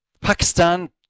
Pakistan